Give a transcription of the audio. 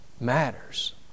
matters